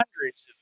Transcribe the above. Hundreds